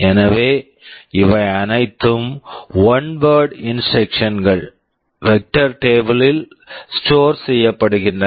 எனவே இவை அனைத்தும் one word instructions one word instructions கள் வெக்டர் டேபிள் vector table ல் ஸ்டோர் store செய்யப்படுகின்றன